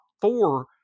four